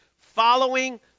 following